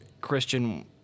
Christian